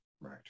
right